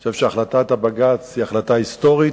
אני חושב שהחלטת בג"ץ היא החלטה היסטורית.